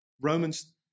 Romans